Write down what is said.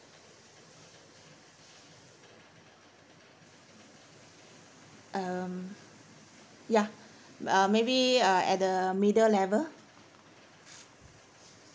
um ya uh maybe uh at the middle level